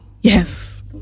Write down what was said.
Yes